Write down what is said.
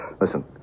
Listen